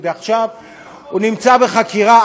הוא נמצא בחקירה.